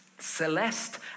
Celeste